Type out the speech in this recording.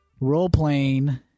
role-playing